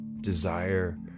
desire